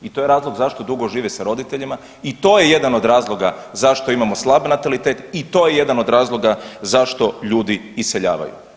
I to je razlog zašto dugo žive sa roditeljima i to je jedan od razloga zašto imamo slab natalitet i to je jedan od razloga zašto ljudi iseljavaju.